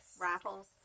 Raffles